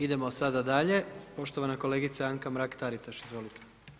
Idemo sada dalje, poštovana kolegica Anka Mrak Taritaš, izvolite.